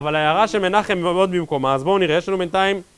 אבל ההערה של מנחם היא מאוד במקומה, אז בואו נראה, יש לנו בינתיים...